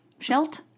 Schelt